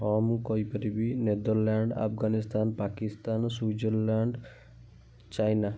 ହଁ ମୁଁ କହିପାରିବି Netherlands Afghanistan Pakistan Switzerland China